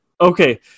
Okay